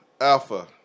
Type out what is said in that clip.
Alpha